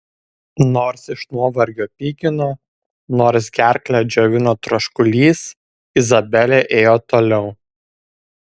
nors iš nuovargio pykino nors gerklę džiovino troškulys izabelė ėjo toliau